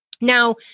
Now